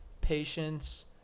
patience